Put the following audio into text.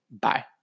Bye